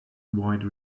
avoid